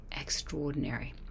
extraordinary